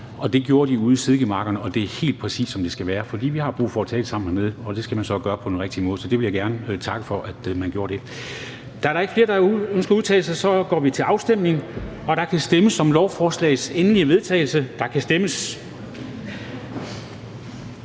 og det gjorde de ude i sidegemakkerne, og det er lige præcis, som det skal være. For vi har brug for at tale sammen hernede, og det skal man gøre på den rigtige måde, så det vil jeg gerne takke for at man gjorde. Da der ikke er flere, der har ønsket at udtale sig, går vi til afstemning. Kl. 10:22 Afstemning Formanden (Henrik Dam Kristensen): Der stemmes